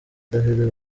davido